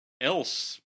else